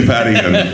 Paddington